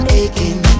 aching